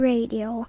Radio